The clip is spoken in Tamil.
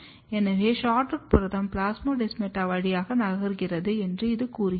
எனவே SHORTROOT புரதம் பிளாஸ்மோடெஸ்மாடா வழியாக நகர்கிறது என்று இது கூறுகிறது